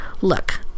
Look